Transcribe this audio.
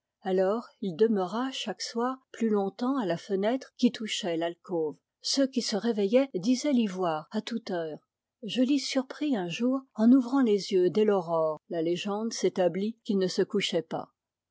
alors il demeura chaque soir plus longtemps à la fenêtre qui touchait l'alcôve ceux qui se réveillaient disaient l'y voir à toute heure je l'y surpris un jour en ouvrant les yeux dès l'aurore la légende s'établit qu'il ne se couchait pas